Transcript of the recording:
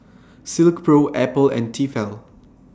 Silkpro Apple and Tefal